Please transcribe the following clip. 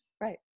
Right